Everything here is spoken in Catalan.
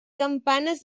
campanes